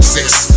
exist